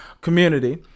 community